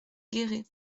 guéret